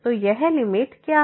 तो यह लिमिट क्या है